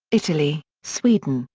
italy, sweden,